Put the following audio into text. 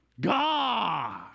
God